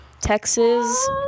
Texas